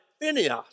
Phineas